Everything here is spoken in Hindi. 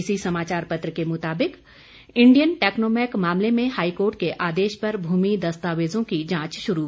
इसी समाचार पत्र के मुताबिक इंडियन टैक्नोमैक मामले में हाईकोर्ट के आदेश पर भूमि दस्तावेजों की जांच शुरू